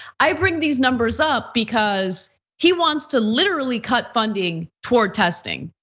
i bring these numbers up because he wants to literally cut funding toward testing,